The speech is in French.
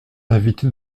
invite